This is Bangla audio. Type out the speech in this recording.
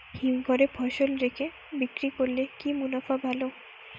হিমঘরে ফসল রেখে বিক্রি করলে কি মুনাফা ভালো?